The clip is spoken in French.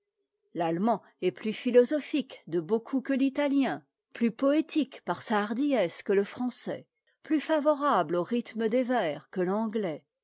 l'allemand est plus phiiosophique de beaucoup que l'italien plus poétique par sa hardiesse que le français plus favorable au rhythme des vers que l'anglais